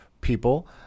people